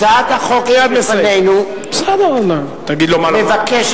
הצעת החוק שבפנינו מבקשת,